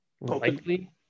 Likely